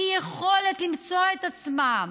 אי-יכולת למצוא את עצמם,